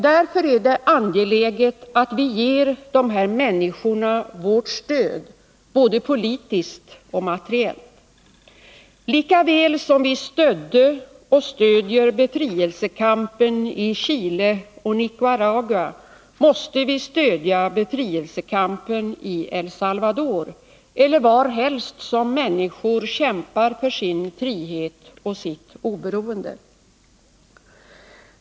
Därför är det angeläget att vi ger dessa människor vårt stöd — både politiskt och materiellt. Likaväl som vi stödde och stödjer befrielsekampen i Chile och Nicaragua måste vi stödja befrielsekampen i El Salvador eller varhelst som människor kämpar för sin frihet och sitt oberoende.